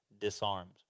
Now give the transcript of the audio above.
disarmed